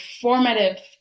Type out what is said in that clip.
formative